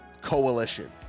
coalition